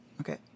Okay